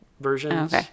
versions